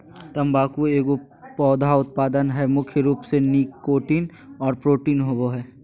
तम्बाकू एगो पौधा उत्पाद हइ मुख्य रूप से निकोटीन और प्रोटीन होबो हइ